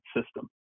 system